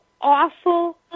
awful